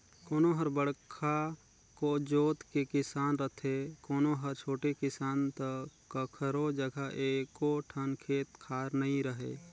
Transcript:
कोनो हर बड़का जोत के किसान रथे, कोनो हर छोटे किसान त कखरो जघा एको ठन खेत खार नइ रहय